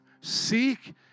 Seek